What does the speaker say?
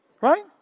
Right